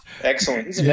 Excellent